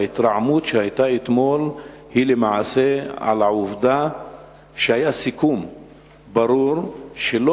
ההתרעמות שהיתה אתמול היא למעשה על העובדה שהיה סיכום ברור שלא